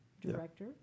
director